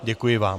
Děkuji vám.